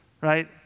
Right